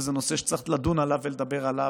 וזה נושא שצריך לדון עליו ולדבר עליו,